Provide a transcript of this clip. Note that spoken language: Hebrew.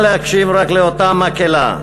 למה להקשיב רק לאותה מקהלה?